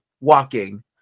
walking